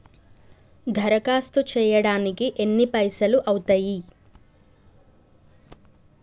దరఖాస్తు చేయడానికి ఎన్ని పైసలు అవుతయీ?